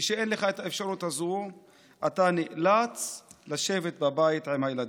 כשאין לך את האפשרות הזאת אתה נאלץ לשבת בבית עם הילדים.